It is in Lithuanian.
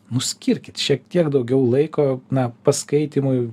nu skirkit šiek tiek daugiau laiko na paskaitymui